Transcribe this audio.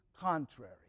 contrary